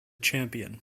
champion